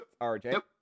RJ